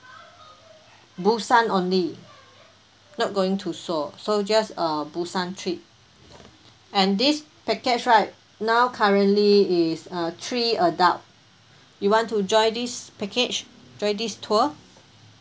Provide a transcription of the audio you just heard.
busan only not going to seoul so just uh busan trip and this package right now currently is uh three adult you want to join this package join this tour